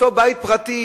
אותו בית פרטי,